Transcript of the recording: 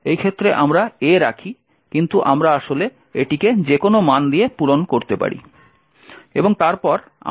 এই ক্ষেত্রে আমরা A রাখি কিন্তু আমরা আসলে এটিকে যেকোনো মান দিয়ে পূরণ করতে পারি